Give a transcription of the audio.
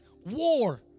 War